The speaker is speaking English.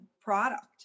product